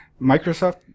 Microsoft